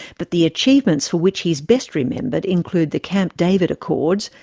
but the achievements for which he's best remembered include the camp david accords,